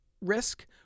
risk